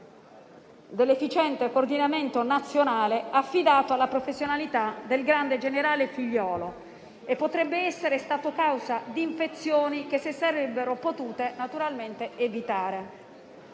dell'efficiente coordinamento nazionale affidato alla professionalità del grande generale Figliuolo, e potrebbe essere stato la causa di altre infezioni che si sarebbero potute naturalmente evitare.